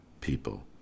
people